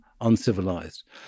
uncivilized